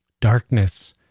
Darkness